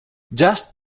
just